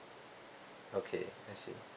okay I see